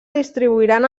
distribuiran